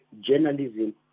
journalism